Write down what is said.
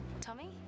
Tommy